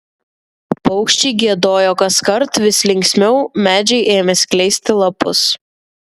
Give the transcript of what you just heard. paukščiai giedojo kaskart vis linksmiau medžiai ėmė skleisti lapus